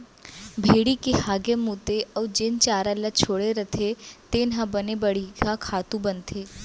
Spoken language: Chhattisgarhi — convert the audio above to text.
भेड़ी के हागे मूते अउ जेन चारा ल छोड़े रथें तेन ह बने बड़िहा खातू बनथे